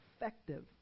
effective